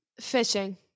Fishing